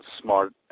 smart